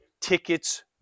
tickets